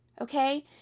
okay